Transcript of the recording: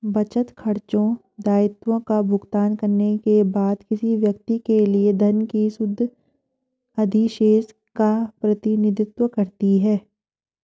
बचत, खर्चों, दायित्वों का भुगतान करने के बाद किसी व्यक्ति के लिए धन के शुद्ध अधिशेष का प्रतिनिधित्व करती है